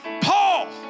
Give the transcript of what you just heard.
Paul